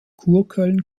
kurköln